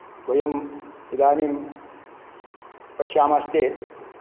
वयम् इदानीं पश्यामश्चेत्